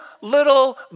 little